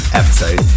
episode